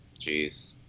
jeez